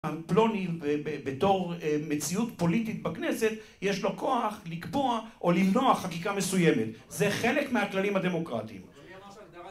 פלוני בתור מציאות פוליטית בכנסת יש לו כוח לקבוע או למנוע חקיקה מסוימת זה חלק מהכללים הדמוקרטיים